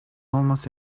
almost